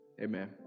Amen